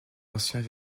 anciens